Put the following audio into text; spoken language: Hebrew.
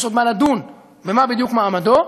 יש עוד מה לדון במה בדיוק מעמדו.